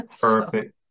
Perfect